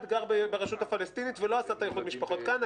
וגר ברשות הפלסטינית ועשה את האיחוד משפחות כאן,